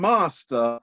Master